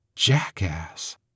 Jackass